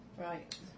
Right